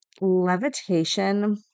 levitation